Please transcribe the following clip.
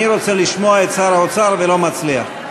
אני רוצה לשמוע את שר האוצר ולא מצליח.